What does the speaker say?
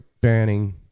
banning